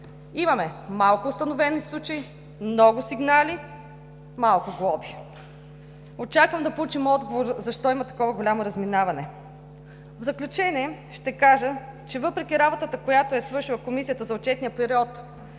Имаме малко установени случаи, много сигнали, малко глоби. Очаквам да получим отговор защо има такова голямо разминаване. В заключение, ще кажа, че въпреки работата, която е свършила Комисията за отчетния период